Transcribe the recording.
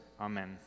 Amen